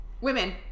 Women